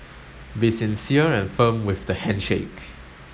be sincere and firm with the handshake